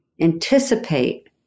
anticipate